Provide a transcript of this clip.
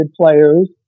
players